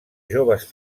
joves